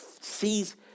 sees